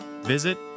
visit